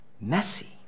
messy